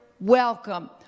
welcome